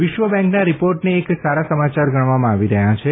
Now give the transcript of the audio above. વિશ્વ બેંકના રીપોર્ટને એક સારા સમાચાર ગણવામાં આવી રહ્યા છે